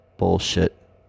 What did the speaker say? Bullshit